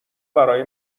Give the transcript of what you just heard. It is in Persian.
برای